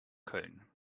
köln